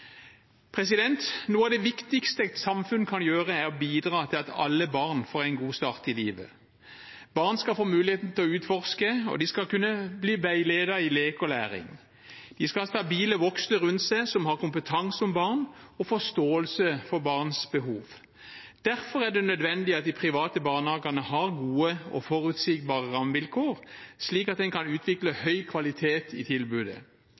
Noe av det viktigste et samfunn kan gjøre, er å bidra til at alle barn får en god start i livet. Barn skal få muligheten til å utforske, og de skal kunne bli veiledet i lek og læring. De skal ha stabile voksne rundt seg som har kompetanse om barn og forståelse for barns behov. Derfor er det nødvendig at de private barnehagene har gode og forutsigbare rammevilkår, slik at en kan utvikle høy kvalitet i tilbudet.